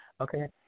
Okay